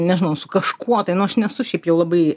nežinau su kažkuo tai nu aš nesu šiaip jau labai